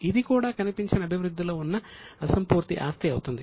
ఇది కూడా కనిపించని అభివృద్ధిలో ఉన్న అసంపూర్తి ఆస్తి అవుతుంది